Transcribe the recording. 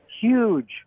Huge